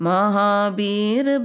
Mahabir